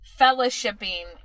fellowshipping